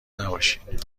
نباشین